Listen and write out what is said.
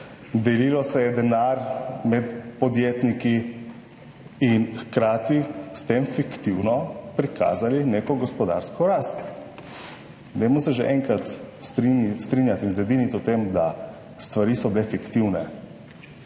Delilo se je denar med podjetniki in hkrati s tem fiktivno prikazali neko gospodarsko rast. Dajmo se že enkrat strinjati in zediniti o tem, da stvari so bile fiktivne